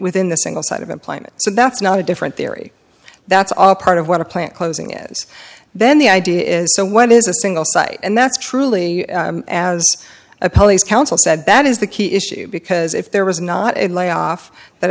within the single side of employment so that's not a different theory that's all part of what a plant closing is then the idea is so what is a single site and that's truly as a police council said that is the key issue because if there was not a layoff that